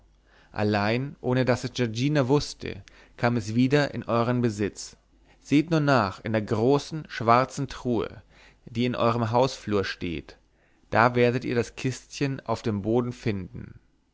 allein ohne daß es giorgina wußte kam es wieder in euern besitz seht nur nach in der großen schwarzen truhe die in euerm hausflur steht da werdet ihr das kistchen auf dem boden finden